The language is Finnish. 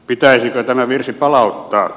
pitäisikö tämä virsi palauttaa